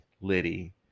liddy